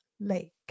Lake